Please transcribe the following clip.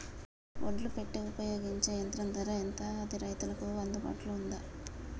ఒడ్లు పెట్టే ఉపయోగించే యంత్రం ధర ఎంత అది రైతులకు అందుబాటులో ఉందా?